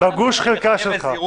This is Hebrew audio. בגוש חלקה שלך.